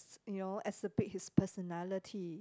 you know acerbate his personality